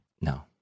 No